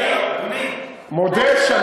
בכפר-קאסם, אני מודה, בכפר-קאסם תמיד מלא.